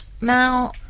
Now